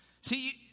See